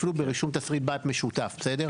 אפילו ברישום תסריט בית משותף, בסדר?